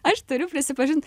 aš turiu prisipažint